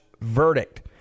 verdict